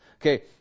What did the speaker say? Okay